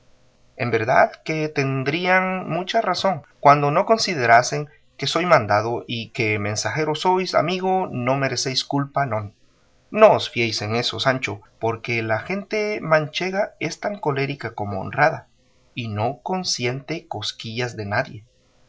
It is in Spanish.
en verdad que tendrían mucha razón cuando no considerasen que soy mandado y que mensajero sois amigo no merecéis culpa non no os fiéis en eso sancho porque la gente manchega es tan colérica como honrada y no consiente cosquillas de nadie